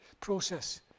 process